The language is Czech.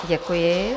Děkuji.